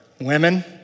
Women